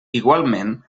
igualment